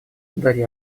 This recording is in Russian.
дарья